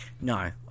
No